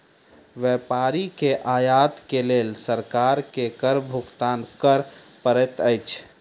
व्यापारी के आयत के लेल सरकार के कर भुगतान कर पड़ैत अछि